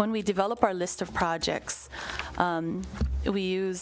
when we develop our list of projects we use